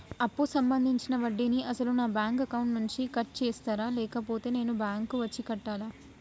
అప్పు సంబంధించిన వడ్డీని అసలు నా బ్యాంక్ అకౌంట్ నుంచి కట్ చేస్తారా లేకపోతే నేను బ్యాంకు వచ్చి కట్టాలా?